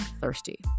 thirsty